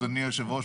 אדוני היושב-ראש,